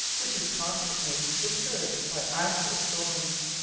which is constantly disturbed by austral storms.